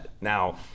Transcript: now